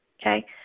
okay